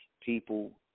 People